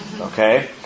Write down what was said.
Okay